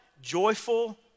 Joyful